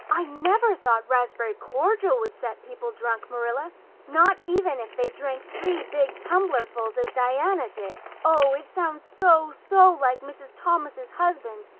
i never thought raspberry cordial would set people drunk, marilla not even if they drank three big tumblerfuls as diana did. oh, it sounds so so like mrs. thomas's husband!